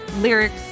lyrics